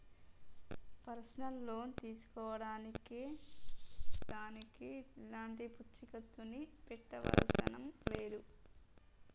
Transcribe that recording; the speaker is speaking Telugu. పర్సనల్ లోను తీసుకునే దానికి ఎలాంటి పూచీకత్తుని పెట్టనవసరం లేదు